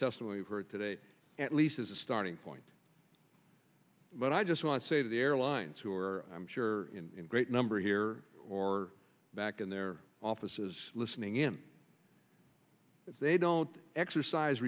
testimony heard today at least as a starting point but i just want to say that the airlines who are i'm sure in great number here or back in their offices listening in if they don't exercise